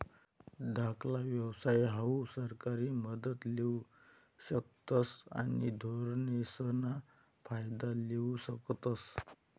धाकला व्यवसाय हाऊ सरकारी मदत लेवू शकतस आणि धोरणेसना फायदा लेवू शकतस